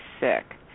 sick